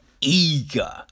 eager